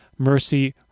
mercy